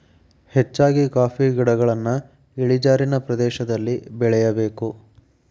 ಹೆಚ್ಚಾಗಿ ಕಾಫಿ ಗಿಡಗಳನ್ನಾ ಇಳಿಜಾರಿನ ಪ್ರದೇಶದಲ್ಲಿ ಬೆಳೆಯಬೇಕು